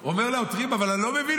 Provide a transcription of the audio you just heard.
הוא אומר לעותרים: אבל אני לא מבין,